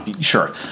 Sure